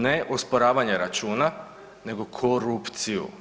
Ne, osporavanje računa nego korupciju.